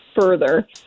further